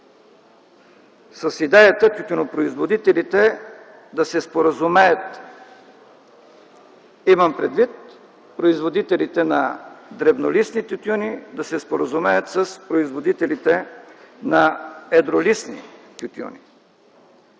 с идеята тютюнопроизводителите да се споразумеят. Имам предвид производителите на дребнолистни тютюни да се споразумеят с производителите на едролистни тютюни.